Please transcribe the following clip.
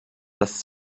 dass